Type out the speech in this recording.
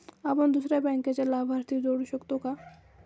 आपण दुसऱ्या बँकेचा लाभार्थी जोडू शकतो का?